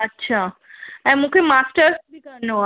अच्छा ऐं मूंखे मास्टर्स बि करिणो आहे